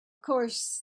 course